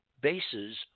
bases